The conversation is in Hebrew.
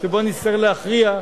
שבו נצטרך להכריע,